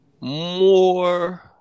more